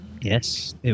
Yes